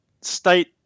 state